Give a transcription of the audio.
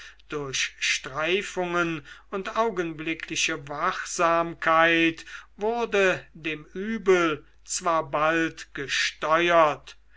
durch streifungen und augenblickliche wachsamkeit wurde dem übel zwar bald gesteuert